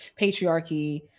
patriarchy